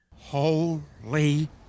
Holy